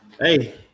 Hey